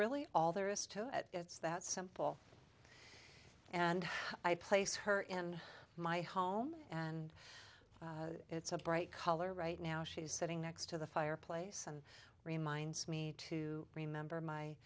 really all there is to it it's that simple and i place her in my home and it's a bright color right now she's sitting next to the fireplace and reminds me to remember my